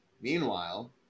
Meanwhile